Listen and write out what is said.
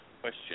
question